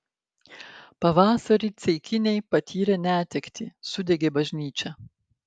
pavasarį ceikiniai patyrė netektį sudegė bažnyčia